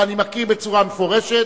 ואני מקריא בצורה מפורשת: